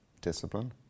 discipline